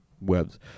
webs